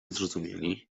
zrozumieli